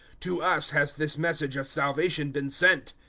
to us has this message of salvation been sent.